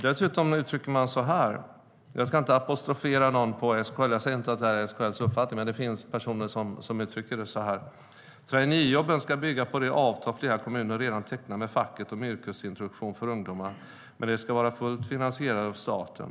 Dessutom uttrycker man sig så här - jag ska inte apostrofera någon på SKL och säger inte att det här är SKL:s uppfattning, men det finns personer som uttrycker det så här: Traineejobben ska bygga på de avtal flera kommuner redan tecknat med facket om yrkesintroduktion för ungdomar, men de ska vara fullt finansierade av staten.